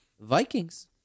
Vikings